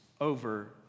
over